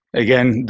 again,